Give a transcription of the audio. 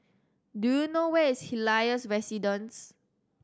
do you know where is Helios Residence